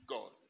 God